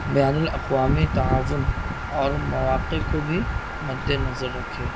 بین الاقوامی تعاون اور مواقع کو بھی مد نظر رکھے